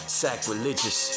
sacrilegious